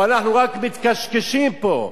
או אנחנו רק מתקשקשים פה?